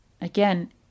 Again